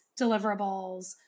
deliverables